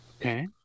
Okay